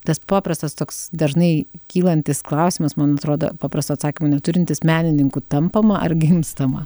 tas paprastas toks dažnai kylantis klausimas man atrodo paprasto atsakymo neturintis menininku tampama ar gimstama